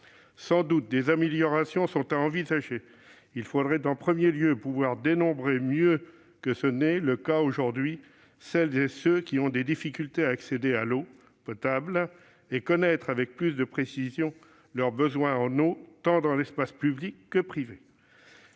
sans doute être envisagées. Il faudrait en premier lieu pouvoir dénombrer mieux que ce n'est le cas aujourd'hui celles et ceux qui ont des difficultés à accéder à l'eau potable et connaître avec plus de précision leurs besoins en eau, tant dans l'espace public que privé.